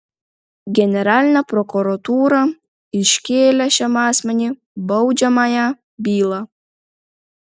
generalinė prokuratūra iškėlė šiam asmeniui baudžiamąją bylą